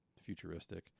futuristic